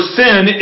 sin